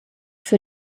für